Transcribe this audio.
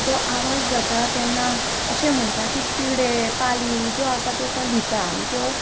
जो आवाज जाता तेन्ना अशें म्हणटा की किडे पाली ज्यो आसा त्यो खंय भिता आनी त्यो